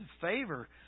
favor